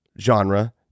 genre